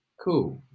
Cool